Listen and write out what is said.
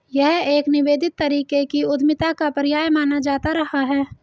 यह एक निवेदित तरीके की उद्यमिता का पर्याय माना जाता रहा है